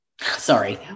Sorry